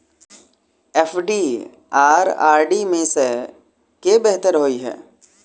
FD आ RD मे केँ सा बेहतर होइ है?